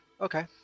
okay